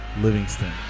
Livingston